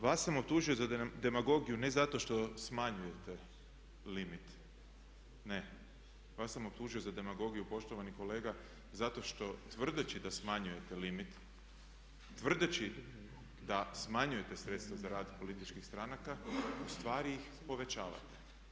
Vas sam optužio za demagogiju ne zato što smanjujete limit, ne, vas sam optužio za demagogiju poštovani kolega zato što tvrdeći da smanjujete limit, tvrdeći da smanjujete sredstva za rad političkih stranka ustvari ih povećavate.